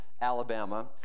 Alabama